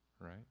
right